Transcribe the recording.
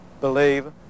believe